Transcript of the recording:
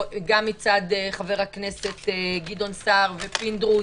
גם מצד חבר הכנסת גדעון סער ופינדרוס,